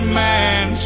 man